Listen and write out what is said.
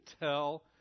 tell